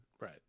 right